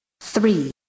three